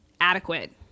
adequate